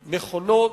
נכונות,